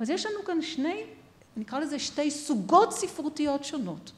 אז יש לנו כאן שני, נקרא לזה שתי סוגות ספרותיות שונות.